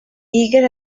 egan